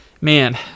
man